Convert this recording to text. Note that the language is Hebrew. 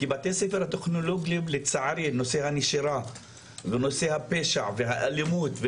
כי לצערי נושא הנשירה חוזר לנושא הפשע והאלימות,